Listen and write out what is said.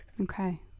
Okay